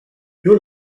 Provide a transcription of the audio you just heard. you